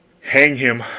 hang him,